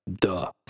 Duh